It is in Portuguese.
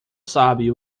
sabe